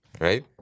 Right